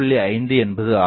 5 என்பது ஆகும்